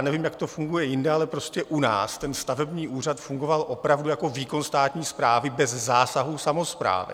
Nevím, jak to funguje jinde, ale prostě u nás ten stavební úřad fungoval opravdu jako výkon státní správy bez zásahů samosprávy.